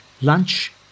Lunch